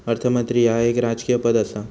अर्थमंत्री ह्या एक राजकीय पद आसा